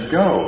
go